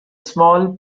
small